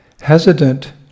hesitant